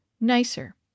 Nicer